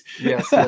Yes